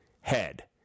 Head